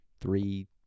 three